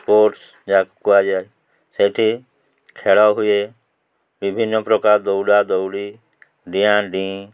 sports ଯାହାକୁ କୁହାଯାଏ ସେଠି ଖେଳ ହୁଏ ବିଭିନ୍ନ ପ୍ରକାର ଦୌଡ଼ା ଦୌଡ଼ି ଡିଆଁ ଡିଁ